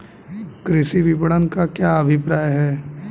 कृषि विपणन का क्या अभिप्राय है?